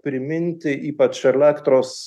priminti ypač elektros